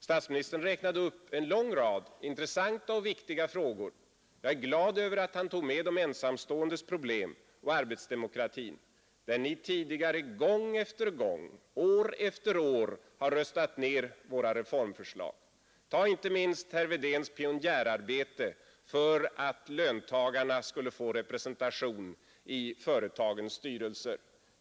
Statsministern räknade upp en lång rad intressanta och viktiga frågor. Jag är glad över att han tog med de ensamståendes problem och arbetsdemokrati, där ni tidigare gång på gång, år efter år har röstat ned våra reform förslag. Jag tänker då inte minst på herr Wedéns pionjärarbete för att löntagarna skulle få representation i företagens styrelser.